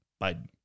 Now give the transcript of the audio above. Biden